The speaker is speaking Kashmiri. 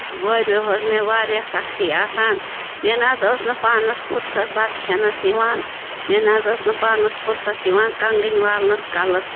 وٲرِو حظ مےٚ واریاہ سختی آسان مےٚ نَہ حظ ٲس نہٕ پانَس فرسَت بَتہٕ کھٮ۪نَس یِوان مےٚ نَہ حظ ٲس نہٕ پانَس فرسَت یِوان کنٛگٕنۍ والنَس کَلَس